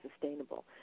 sustainable